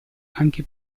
anche